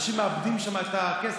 נידרש, הכנסת,